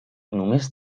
només